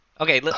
Okay